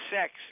sex